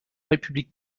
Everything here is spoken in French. république